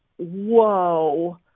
whoa